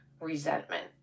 resentment